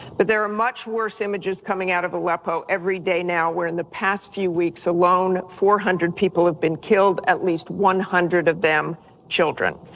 but there are much worse images coming out of aleppo every day now where in the past few weeks alone four hundred have been killed, at least one hundred of them children.